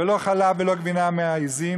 ולא חלב ולא גבינה מהעזים,